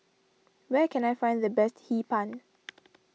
where can I find the best Hee Pan